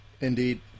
Indeed